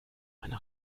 meine